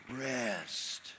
Rest